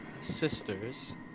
Sisters